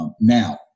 Now